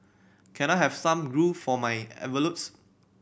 can I have some glue for my envelopes